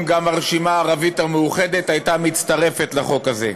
אם גם הרשימה הערבית המאוחדת הייתה מצטרפת לחוק הזה.